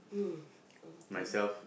mm okay